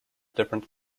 different